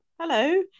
hello